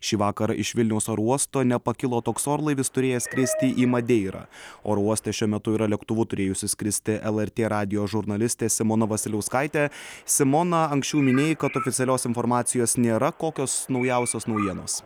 šį vakarą iš vilniaus oro uosto nepakilo toks orlaivis turėjęs skristi į madeirą oro uoste šiuo metu yra lėktuvu turėjusi skristi lrt radijo žurnalistė simona vasiliauskaitė simona anksčiau minėjai kad oficialios informacijos nėra kokios naujausios naujienos